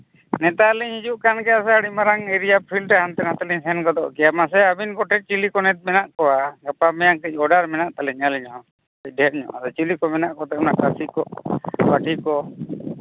ᱱᱮᱛᱟᱨ ᱞᱤᱧ ᱦᱤᱡᱩᱜ ᱠᱟᱱ ᱜᱮᱭᱟ ᱥᱮ ᱟᱹᱰᱤ ᱢᱟᱨᱟᱝ ᱮᱹᱨᱤᱭᱟ ᱯᱷᱤᱞᱰ ᱦᱟᱱᱛᱮ ᱱᱟᱛᱮ ᱞᱤᱧ ᱥᱮᱱ ᱜᱚᱫᱚᱜ ᱜᱮᱭᱟ ᱢᱟᱥᱮ ᱟᱹᱵᱤᱱ ᱠᱚᱴᱷᱮᱡ ᱱᱤᱛ ᱪᱤᱞᱤ ᱠᱚ ᱢᱮᱱᱟᱜ ᱠᱚᱣᱟ ᱜᱟᱯᱟ ᱢᱮᱭᱟᱝ ᱠᱟᱹᱡ ᱟᱹᱞᱤᱧ ᱚᱰᱟᱨ ᱢᱮᱱᱟᱜ ᱛᱟᱹᱞᱤᱧᱟ ᱟᱹᱞᱤᱧ ᱦᱚᱸ ᱰᱷᱮᱨ ᱧᱚᱜ ᱪᱤᱞᱤ ᱠᱚ ᱢᱮᱱᱟᱜ ᱠᱚᱣᱟ ᱠᱷᱟᱹᱥᱤ ᱠᱚ ᱯᱟᱹᱴᱷᱤ ᱠᱚ